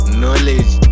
knowledge